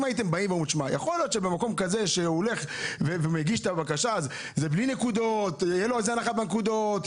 אם הייתם אומרים שאם הוא מגיש בקשה תהיה לו הנחה בנקודות,